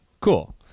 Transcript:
Cool